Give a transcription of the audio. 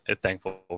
thankful